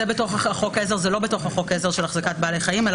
זה לא בתוך חוק העזר של החזקת בעלי חיים אלא